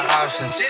options